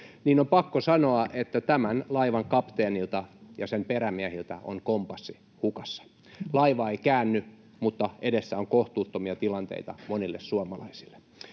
niin on pakko sanoa, että tämän laivan kapteenilta ja sen perämiehiltä on kompassi hukassa. Laiva ei käänny, mutta edessä on kohtuuttomia tilanteita monille suomalaisille.